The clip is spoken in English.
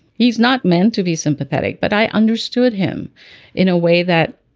he's not meant to be sympathetic but i understood him in a way that